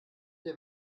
der